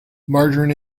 margarine